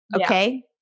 Okay